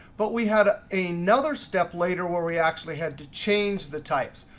but we had a another step later where we actually had to change the types.